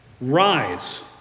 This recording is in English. Rise